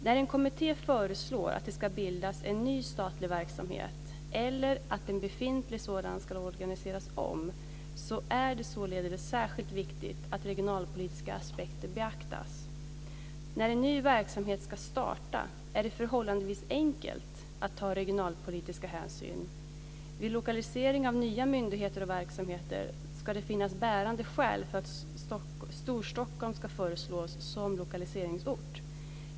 När en kommitté föreslår att det ska bildas en ny statlig myndighet eller att en befintlig sådan ska organiseras om är det således särskilt viktigt att regionalpolitiska aspekter beaktas. När en ny verksamhet ska starta är det förhållandevis enkelt att ta regionalpolitiska hänsyn. Vid lokalisering av nya myndigheter och verksamheter ska det finnas bärande skäl för att Storstockholm ska föreslås som lokaliseringsort.